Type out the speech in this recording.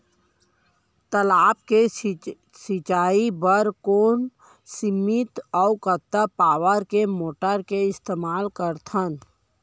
तालाब से सिंचाई बर कोन सीमित अऊ कतका पावर के मोटर के इस्तेमाल करथन?